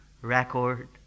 record